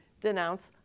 denounce